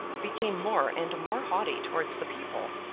became more and more haughty towards the people,